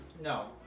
No